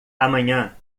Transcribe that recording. amanhã